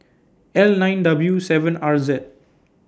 L nine W seven R Z